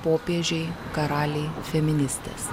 popiežiai karaliai feministės